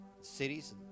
cities